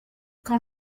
quand